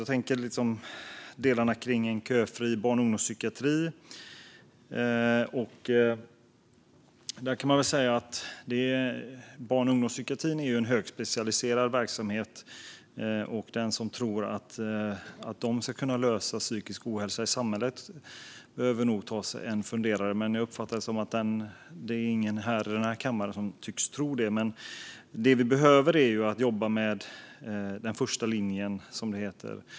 Det handlar till exempel om en köfri barn och ungdomspsykiatri. Barn och ungdomspsykiatrin är en högspecialiserad verksamhet. De som tror att man där ska kunna lösa den psykiska ohälsan i samhället behöver nog ta sig en funderare. Men jag uppfattar det som att det inte är någon i denna kammare som tycks tro det. Men vi behöver jobba med den första linjen, som det heter.